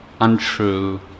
untrue